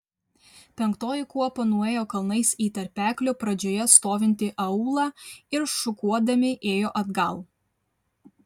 penktoji kuopa nuėjo kalnais į tarpeklio pradžioje stovintį aūlą ir šukuodami ėjo atgal